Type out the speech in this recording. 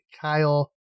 Kyle